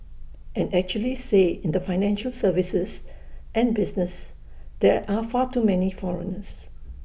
and actually say in the financial services and business there are far too many foreigners